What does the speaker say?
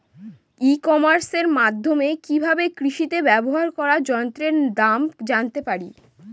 ই কমার্সের মাধ্যমে কি ভাবে কৃষিতে ব্যবহার করা যন্ত্রের দাম জানতে পারি?